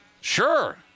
Sure